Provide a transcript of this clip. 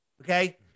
okay